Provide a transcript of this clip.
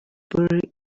bury